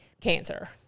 cancer